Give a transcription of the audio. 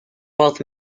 both